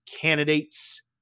candidates